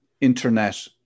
internet